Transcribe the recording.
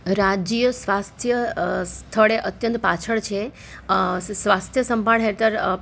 રાજ્ય સ્વાસ્થ્ય સ્થળે અત્યંત પાછળ છે સ્વાસ્થ્ય સંભાળ હેઠળ